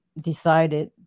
decided